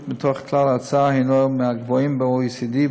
מתוך כלל ההוצאה הנו מהגבוהים ב-OECD,